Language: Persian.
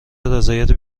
رضایت